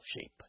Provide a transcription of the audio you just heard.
shape